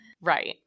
right